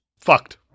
fucked